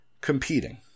competing